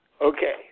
Okay